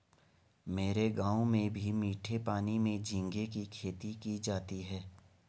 मेरे गांव में भी मीठे पानी में झींगे की खेती की जाती है